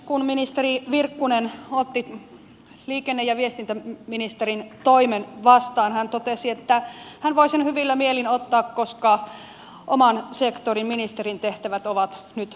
kun ministeri virkkunen otti liikenne ja viestintäministerin toimen vastaan hän totesi että hän voi sen hyvillä mielin ottaa koska oman sektorin ministerintehtävät on nyt hoidettu